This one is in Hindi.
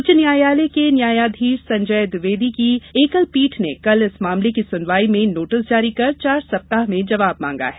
उच्च न्यायालय के न्यायाधीश संजय द्विवेदी की एकलपीठ ने कल इस मामले की सुनवाई में नोटिस जारी कर चार सप्ताह में जवाब मांगा है